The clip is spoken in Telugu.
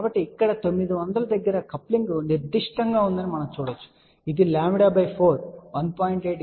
కాబట్టి ఇక్కడ 900 దగ్గర కప్లింగ్ గరిష్టంగా ఉందని మనం చూడవచ్చు ఇది λ 4 1